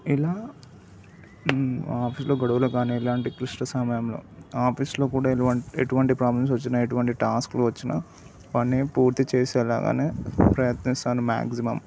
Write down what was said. ఇలా ఆఫీసులో గొడవలు కానీ ఎలాంటి క్లిష్ట సమయంలో ఆఫీసులో కూడా ఎటువంటి ఎటువంటి ప్రాబ్లమ్స్ వచ్చిన ఎటువంటి టాస్క్లు వచ్చిన పని పూర్తి చేసి వెళ్లాలనే ప్రయత్నిస్తాను మ్యాక్సిమం